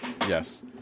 Yes